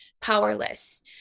powerless